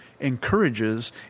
encourages